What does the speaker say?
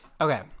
Okay